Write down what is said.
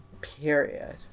period